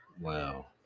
Wow